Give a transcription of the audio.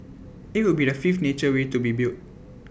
IT will be the fifth nature way to be built